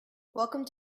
welcome